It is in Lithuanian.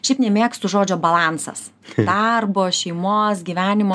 šiaip nemėgstu žodžio balansas darbo šeimos gyvenimo